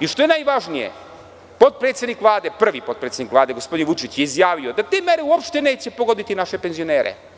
i, što je najvažnije, prvi potpredsednik Vladegospodin Vučić je izjavio da te mere uopšte neće pogoditi naše penzionere.